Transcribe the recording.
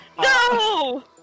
No